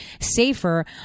safer